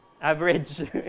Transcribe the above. average